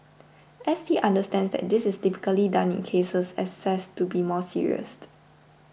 S T understands that this is typically done in cases assessed to be more serious